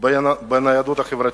בניידות החברתית.